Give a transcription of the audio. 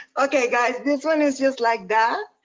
okay, guys. this one is just like that.